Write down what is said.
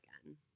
again